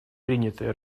принятые